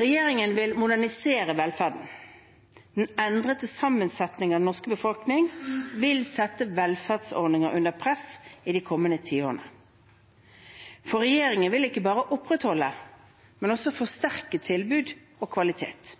Regjeringen vil modernisere velferden. Den endrede sammensetningen av den norske befolkningen vil sette velferdsordningene under press de kommende tiårene. For regjeringen vil ikke bare opprettholde, men også forsterke tilbud og kvalitet.